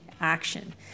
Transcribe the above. action